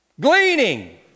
Gleaning